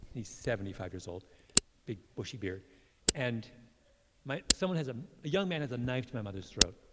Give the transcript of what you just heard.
he's seventy five years old big, bushy beard and my someone has a young man has a knife to my mother's throat.